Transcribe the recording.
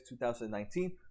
2019